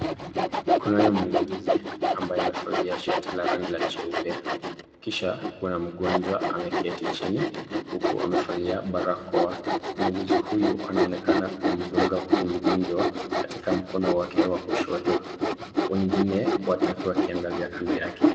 Kunayo muuguzi ambaye amevalia shati la rangi jeupe, kisha kuna mgonjwa ameketi chini huku amevalia barakoa, muuguzi huyu anaonekana kumdunga huyu mgonjwa katika mkono wake wa kushoto, wengine watatu wakiangalia kando yake.